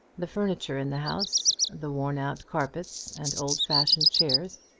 the furniture in the house, the worn-out carpets and old-fashioned chairs,